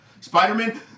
Spider-Man